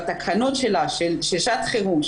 בתקנות שלה של שעת חירום,